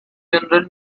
general